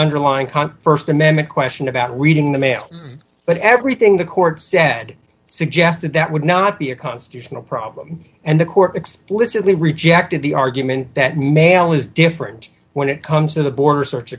underlying concept st amendment question about reading the mail but everything the court said suggested that would not be a constitutional problem and the court explicitly rejected the argument that mail is different when it comes to the border search